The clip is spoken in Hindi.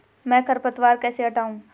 मैं खरपतवार कैसे हटाऊं?